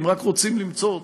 אם רק רוצים למצוא אותו.